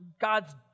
God's